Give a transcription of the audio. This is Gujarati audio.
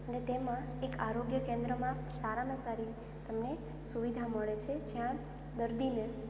અને તેમાં એક આરોગ્ય કેન્દ્રમાં સારામાં સારી તમને સુવિધા મળે છે જ્યાં દર્દીને